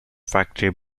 factory